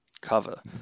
cover